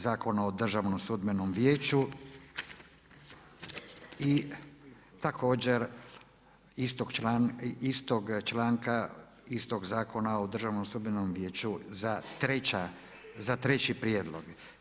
Zakona o Državnom sudbenom vijeću i također istog člana istog Zakona o Državnom sudbenom vijeću za treći prijedlog.